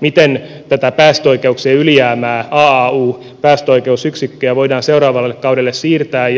miten tätä päästöoikeuksien ylijäämää aau päästöoikeusyksikköjä voidaan seuraavalle kaudelle siirtää